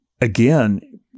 again